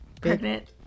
Pregnant